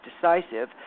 decisive